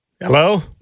Hello